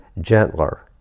gentler